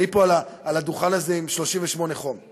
אני פה על הדוכן הזה עם 38 מעלות חום,